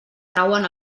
trauen